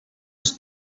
ens